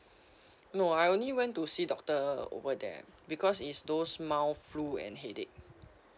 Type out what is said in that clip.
no I only went to see doctor over there because is those mild flu and headache